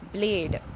Blade